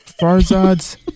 farzad's